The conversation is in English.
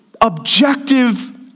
objective